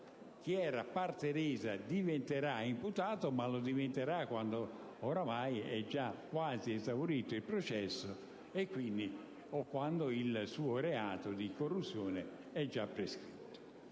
chi era parte lesa diventerà imputato, ma lo diventerà quando oramai è già quasi esaurito il processo o quando il suo reato di corruzione è già prescritto.